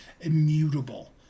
immutable